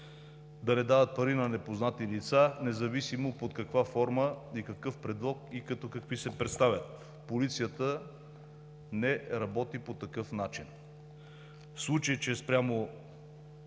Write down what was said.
да не дават пари на непознати лица, независимо под каква форма и какъв предлог, и като какви се представят. Полицията не работи по такъв начин. В случай че спрямо